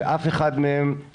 כשאף אחד מהמומחים,